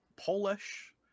Polish